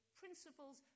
principles